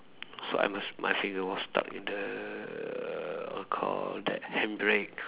so I must my finger was stuck in the what you call that handbrake